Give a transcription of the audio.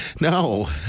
No